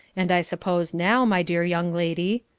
and i suppose now, my dear young lady,